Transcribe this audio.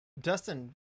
dustin